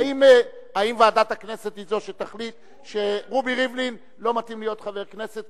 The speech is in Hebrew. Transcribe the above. האם ועדת הכנסת היא שתחליט שרובי ריבלין לא מתאים להיות חבר כנסת,